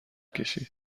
کشید